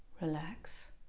relax